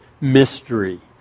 mystery